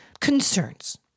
concerns